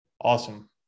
Awesome